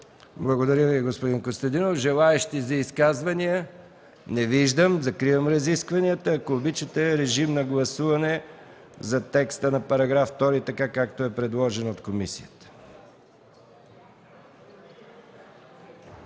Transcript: Благодаря Ви, господин Костадинов. Желаещи за изказвания? Не виждам. Закривам разискванията. Режим на гласуване за текста на § 2, така както е предложен от комисията.